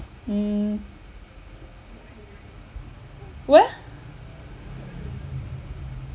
mm where